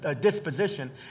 disposition